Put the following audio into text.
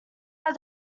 are